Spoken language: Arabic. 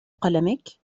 قلمك